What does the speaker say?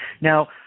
Now